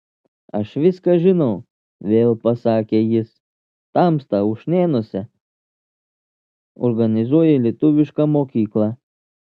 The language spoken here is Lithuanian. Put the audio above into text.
aš viską žinau vėl pasakė jis tamsta ušnėnuose organizuoji lietuvišką mokyklą